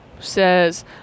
says